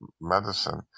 medicine